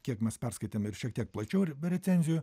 kiek mes perskaitėme ir šiek tiek plačiau recenzijų